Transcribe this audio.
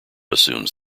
assumes